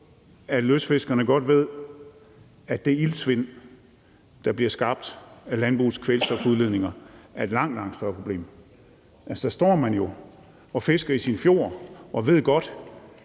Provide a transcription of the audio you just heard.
at lystfiskerne godt ved, at det iltsvind, der bliver skabt af landbrugets kvælstofudledninger, er et langt, langt større problem. Altså, der står man og fisker i sin fjord og ved godt,